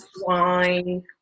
wine